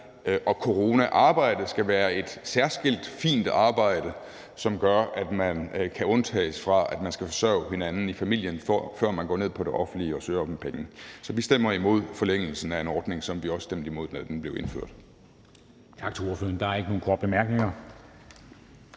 coronaarbejde skal være et særskilt fint arbejde, som gør, at man kan undtages fra at skulle forsørge hinanden i familien, før man går ned og søger om penge fra det offentlige. Så vi stemmer imod forlængelsen af en ordning, som vi også stemte imod, da den blev indført.